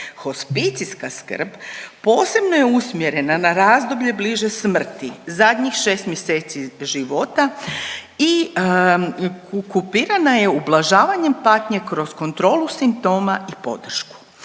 Hospicijska skrb posebno je usmjerena na razdoblje bliže smrti zadnjih šest mjeseci života i …/Govornica se ne razumije./… ublažavanjem patnje kroz kontrolu simptoma i podršku.